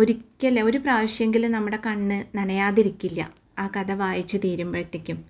ഒരിക്കൽ ഒരു പ്രാവശ്യമെങ്കിലും നമ്മുടെ കണ്ണ് നനയാതിരിക്കില്ല്യാ ആ കഥ വായിച്ച് തീരുമ്പോഴത്തേക്കും